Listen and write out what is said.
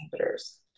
inhibitors